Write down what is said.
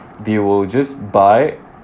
they will just buy